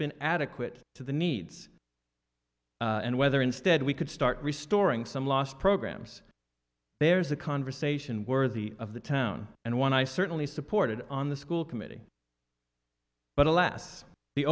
been adequate to the needs and whether instead we could start restoring some lost programs there's a conversation worthy of the town and one i certainly supported on the school committee but alas the